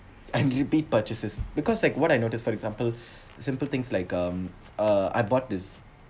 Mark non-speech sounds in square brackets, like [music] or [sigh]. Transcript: and [laughs] repeat purchases because like what I notice for example [breath] simple things like um uh I bought this